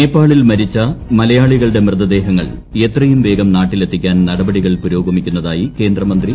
നേപ്പാളിൽ മരിച്ച മല്ലയ്കളികളുടെ മൃതദേഹങ്ങൾ എത്രയും വേഗം ന് നാട്ടിലെത്തിക്കാൻ നട്പടികൾ പൂരോഗമിക്കുന്നതായി കേന്ദ്രമന്ത്രി വി